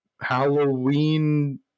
Halloween